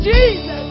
Jesus